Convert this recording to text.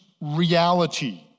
reality